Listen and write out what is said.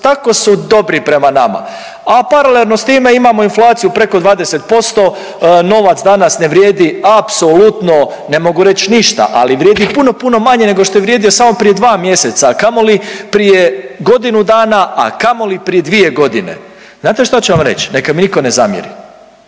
tako su dobri prema nama. A paralelno s time imamo inflaciju preko 20%, novac danas ne vrijedi apsolutno, ne mogu reći ništa, ali vrijedi puno, puno manje nego što je vrijedio samo prije 2 mjeseca, a kamoli prije godinu dana, a kamoli prije 2 godine. Znate šta ću vam reći? Neka mi nitko ne zamjeri